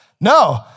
no